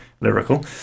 lyrical